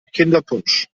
kinderpunsch